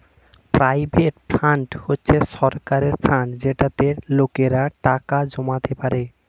provident fund হচ্ছে সরকারের fund যেটাতে লোকেরা টাকা জমাতে পারে